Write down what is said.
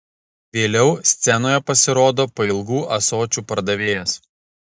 vėliau scenoje pasirodo pailgų ąsočių pardavėjas